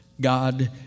God